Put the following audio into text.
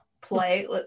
play